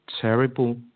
terrible